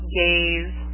gaze